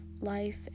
life